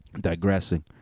digressing